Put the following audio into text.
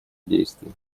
действий